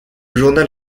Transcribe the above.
journal